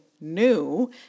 new